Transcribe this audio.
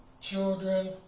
children